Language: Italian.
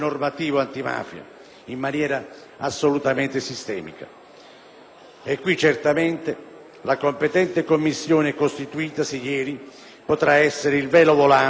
e qui certamente la competente Commissione costituitasi ieri potrà essere il vero volano per una nuova e moderna rivoluzione di cultura antimafia.